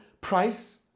price